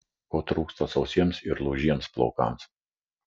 ko trūksta sausiems ir lūžiems plaukams